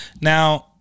Now